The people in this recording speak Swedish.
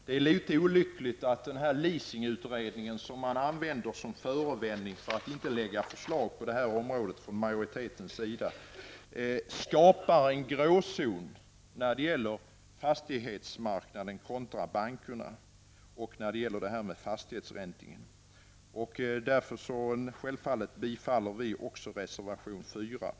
Det är litet olyckligt att leasingutredningen, som man från majoritetens sida tar som förevändning för att inte lägga fram förslag på området, skapar en gråzon när det gäller fastighetsmarknaden kontra bankerna samt när det gäller fastighetsrenting. Därför yrkar vi bifall till reservation 4.